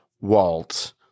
Walt